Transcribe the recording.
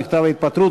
על מכתב ההתפטרות,